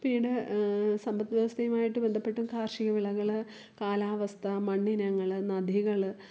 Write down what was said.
പിന്നെ സമ്പദ് വ്യവസ്ഥയുമായിട്ട് ബദ്ധപ്പെട്ടും കാർഷിക വിളകൾ കാലാവസ്ഥ മണ്ണിനങ്ങൾ നദികൾ